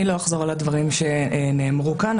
אני לא אחזור על הדברים שנאמרו כאן,